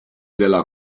della